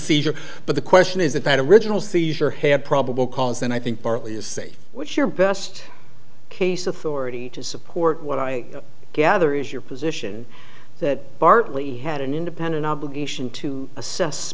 seizure but the question is that kind of original seizure had probable cause and i think partly is see what's your best case authority to support what i gather is your position that bartley had an independent obligation to assess